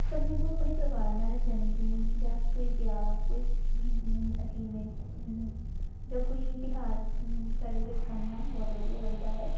ਪਰ ਮੈਨੂੰ ਆਪਣੇ ਪਰਿਵਾਰ ਨਾਲ਼ ਜਨਮਦਿਨ ਜਾਂ ਕੋਈ ਵਿਆਹ ਕੋਈ ਅਚੀਵਮੈਂਟ ਜਾਂ ਕੋਈ ਤਿਉਹਾਰ ਸੈਲੀਬ੍ਰੇਟ ਕਰਨਾ ਬਹੁਤ ਵਧੀਆ ਲੱਗਦਾ ਹੈ